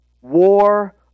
war